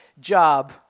job